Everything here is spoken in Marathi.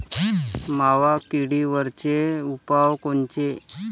मावा किडीवरचे उपाव कोनचे?